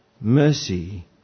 Mercy